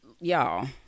Y'all